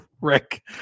Rick